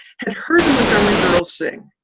had heard the montgomery girls sing.